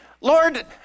Lord